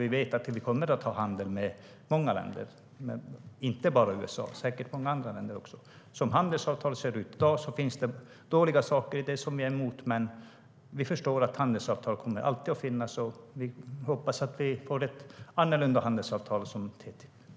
Vi vet att vi kommer att ha handel med många länder, inte bara USA utan säkert även många andra länder. Som handelsavtalet ser ut i dag finns det dåliga saker i det som vi är emot, men vi förstår att handelsavtal alltid kommer att finnas. Vi hoppas att vi får ett annorlunda handelsavtal som TTIP.